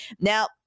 Now